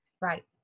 Right